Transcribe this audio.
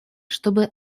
чтобы